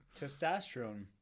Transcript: testosterone